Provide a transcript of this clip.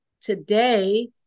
today